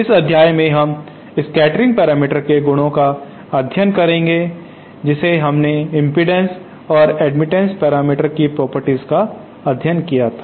इस अध्याय में हम स्कैटरिंग पैरामीटर्स के गुणों का अध्ययन करेंगे जैसे हमने इम्पीडेन्स और एडमिटन्स पैरामीटर्स कि प्रॉपर्टीज का अध्ययन किया था